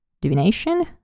Divination